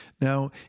now